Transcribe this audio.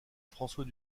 françois